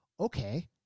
Okay